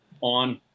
on